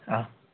ఆ